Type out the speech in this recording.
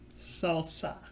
salsa